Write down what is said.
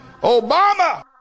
Obama